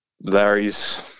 Larry's